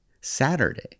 Saturday